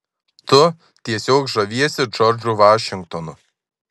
tu tiesiog žaviesi džordžu vašingtonu